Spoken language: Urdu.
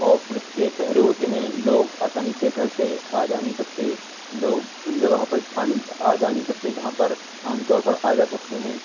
اور پولیس کے پہرے ہوتے ہیں لوگ آسانی سے گھر سے آ جا نہیں سکتے لوگ ان جگہوں پر آ جا نہیں سکتے جہاں پر عام طور پر آ جا سکتے ہیں